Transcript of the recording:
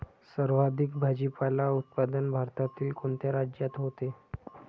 सर्वाधिक भाजीपाला उत्पादन भारतातील कोणत्या राज्यात होते?